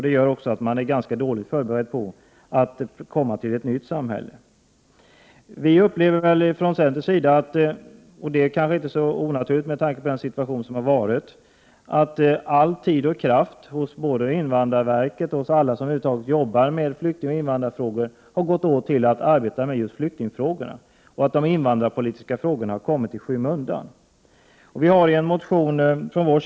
Det gör också att de är ganska dåligt förberedda på att komma till ett nytt samhälle. Vi upplever från centerns sida att all tid och kraft hos invandrarverket och alla som över huvud taget jobbar med flyktingoch invandrarfrågor har gått åt till att arbeta med just flyktingfrågan. De invandrarpolitiska frågorna har kommit i skymundan. Det är kanske inte så onaturligt, med tanke på den situation som har varit.